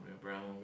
Brown